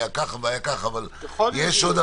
אבל מישהו מנסה